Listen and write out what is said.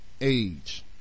Age